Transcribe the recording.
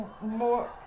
more